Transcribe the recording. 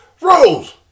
Rose